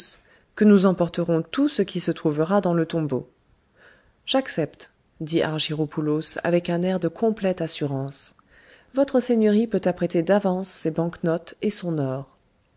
que nous emporterons tout ce qui se trouvera dans le tombeau j'accepte dit argyropoulos avec un air de complète assurance votre seigneurie peut apprêter d'avance ses banknotes et son or